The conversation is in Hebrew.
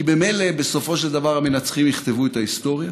כי ממילא בסופו של דבר המנצחים יכתבו את ההיסטוריה,